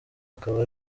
akaba